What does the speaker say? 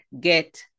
get